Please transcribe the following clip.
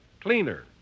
cleaner